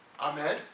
Amen